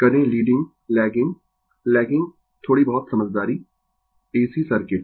करें leading lagging lagging थोड़ी बहुत समझदारी संदर्भ समय 0035 AC सर्किट